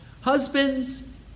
Husbands